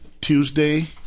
Tuesday